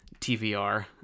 tvr